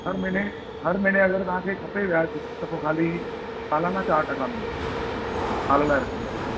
हर महीने हर महीने अगरि तव्हांखे खपे व्याज त पोइ खाली सालाना चार टका मिलंदव साल लाइ रखंदव त